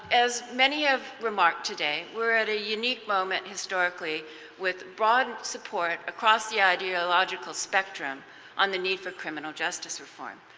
as many have her mark today, we are at a unique moment historically with broaden support across the ideological spectrum on the need for criminal justice reform.